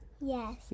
Yes